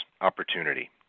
opportunity